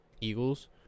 Eagles